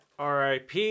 RIP